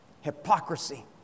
Hypocrisy